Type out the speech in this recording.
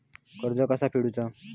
कर्ज कसा फेडुचा?